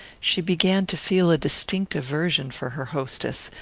she began to feel a distinct aversion for her hostess,